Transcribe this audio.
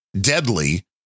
deadly